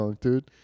dude